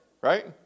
right